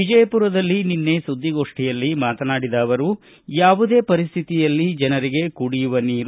ವಿಜಯಪುರದಲ್ಲಿ ನಿನ್ನೆ ಸುದ್ದಿಗೋಷ್ಠಿಯಲ್ಲಿ ಮಾತನಾಡಿದ ಅವರು ಯಾವುದೇ ಪರಿಸ್ವಿತಿಯಲ್ಲಿ ಜನರಿಗೆ ಕುಡಿಯುವ ನೀರು